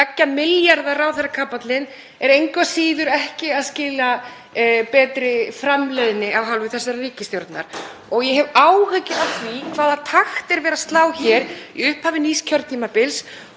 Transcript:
2 milljarða ráðherrakapallinn er engu að síður ekki að skila betri framleiðni af hálfu þessarar ríkisstjórnar. Ég hef áhyggjur af því hvaða takt er verið að slá hér í upphafi nýs kjörtímabils